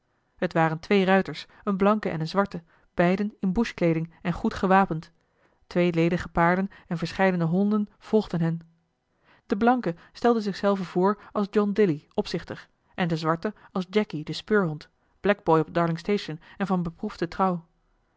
het waren twee ruiters een blanke en een zwarte beide in bushkleeding en goed gewapend twee ledige paarden en verscheidene honden volgden hen de blanke stelde zich zelven voor als john dilly opzichter en den zwarte als jacky den speurhond blackboy op darlingstation en van beproefde trouw